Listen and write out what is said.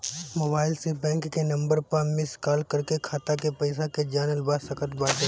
mobile से bank के number पअ मिस काल कर के खाता के पईसा के जानल जा सकत बाटे